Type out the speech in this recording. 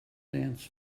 dance